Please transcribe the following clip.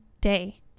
day